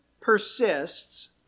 persists